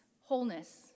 wholeness